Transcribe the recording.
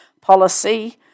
policy